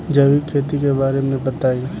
जैविक खेती के बारे में बताइ